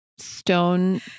Stone